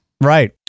Right